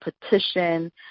petition